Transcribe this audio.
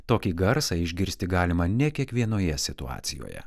tokį garsą išgirsti galima ne kiekvienoje situacijoje